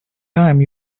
time